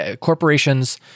Corporations